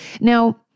Now